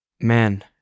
man